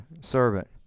servant